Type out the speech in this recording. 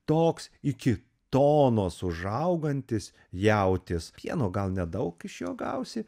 toks iki tonos užaugantis jautis pieno gal nedaug iš jo gausi